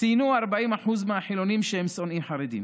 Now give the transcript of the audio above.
ציינו 40% מהחילונים שהם שונאים חרדים.